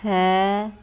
ਹੈ